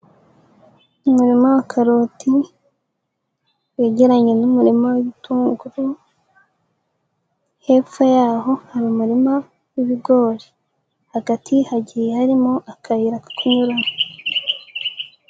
Umurima wa karoti wegeranye n'umuma w'ibitunguru, hepfo y'aho hari umurima w'ibigori, hagati hagiye harimo akayira ko kunyuramo.